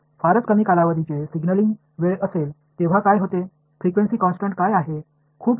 எனக்கு மிகக் குறுகிய கால சமிக்ஞை நேரம் இருக்கும்போது என்ன நடக்கும் அதிர்வெண் உள்ளடக்கம் என்ன